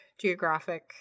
geographic